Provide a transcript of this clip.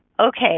okay